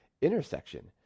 intersection